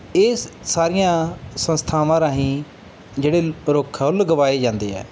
ਇਹ ਸਾਰੀਆਂ ਸੰਸਥਾਵਾਂ ਰਾਹੀਂ ਜਿਹੜੇ ਰੁੱਖ ਆ ਉਹ ਲਗਵਾਏ ਜਾਂਦੇ ਹੈ